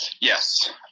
Yes